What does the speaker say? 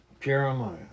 Jeremiah